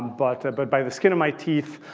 but but by the skin of my teeth.